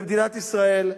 במדינת ישראל,